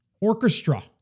orchestra